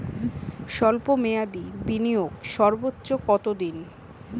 স্বল্প মেয়াদি বিনিয়োগ সর্বোচ্চ কত দিন?